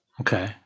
Okay